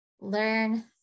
learn